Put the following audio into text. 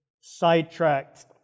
sidetracked